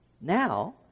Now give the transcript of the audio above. Now